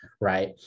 Right